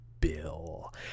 Bill